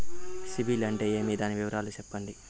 సిబిల్ అంటే ఏమి? దాని వివరాలు సెప్పండి?